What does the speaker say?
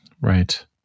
right